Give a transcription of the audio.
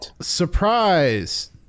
Surprise